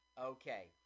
Okay